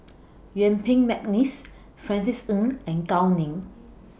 Yuen Peng Mcneice Francis Ng and Gao Ning